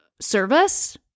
service